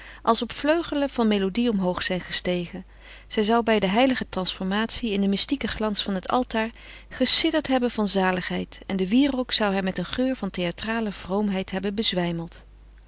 als op vleugelen van melodie omhoog zijn gestegen zij zou bij de heilige transformatie in den mystieken glans van het altaar gesidderd hebben van zaligheid en de wierrook zou haar met een geur van theatrale vroomheid hebben bezwijmeld